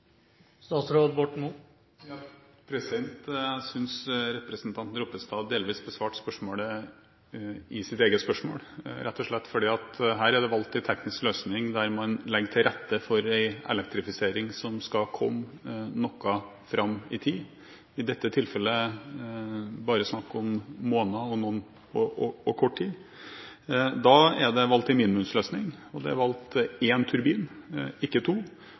Jeg synes representanten Ropstad delvis besvarte spørsmålet i sitt eget spørsmål, rett og slett fordi det her er valgt en teknisk løsning der man legger til rette for en elektrifisering som skal komme noe fram i tid. I dette tilfellet er det bare snakk om kort tid – noen måneder. Da er det valgt en minimumsløsning: én turbin, ikke to. Det betyr også at behovet for regularitet er større enn om man hadde hatt to og en eventuell turbin